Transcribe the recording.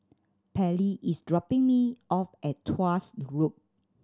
Pallie is dropping me off at Tuas Loop